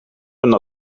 een